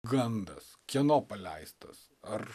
gandas kieno paleistas ar